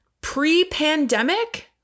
pre-pandemic